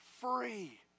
free